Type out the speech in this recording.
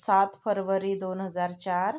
सात फरवरी दोन हजार चार